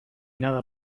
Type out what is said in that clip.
nada